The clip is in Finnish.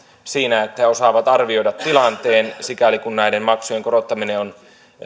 siinä että he osaavat arvioida tilanteen sikäli kuin näiden maksujen korottaminen on